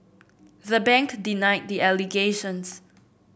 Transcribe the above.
the bank denied the allegations